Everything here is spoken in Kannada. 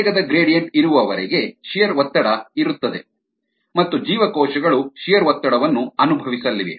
ವೇಗದ ಗ್ರೇಡಿಯಂಟ್ ಇರುವವರೆಗೆ ಶಿಯರ್ ಒತ್ತಡ ಇರುತ್ತದೆ ಮತ್ತು ಜೀವಕೋಶಗಳು ಶಿಯರ್ ಒತ್ತಡವನ್ನು ಅನುಭವಿಸಲಿವೆ